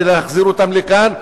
להחזיר אותם לכאן,